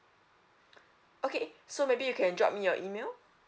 okay so maybe you can drop me your email